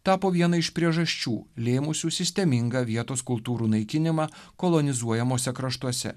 tapo viena iš priežasčių lėmusių sistemingą vietos kultūrų naikinimą kolonizuojamuose kraštuose